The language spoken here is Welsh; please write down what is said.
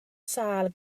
sâl